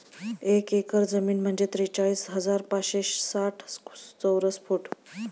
एक एकर जमीन म्हणजे त्रेचाळीस हजार पाचशे साठ चौरस फूट